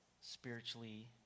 spiritually